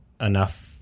enough